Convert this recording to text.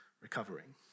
recovering